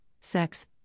sex